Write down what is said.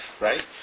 right